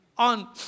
On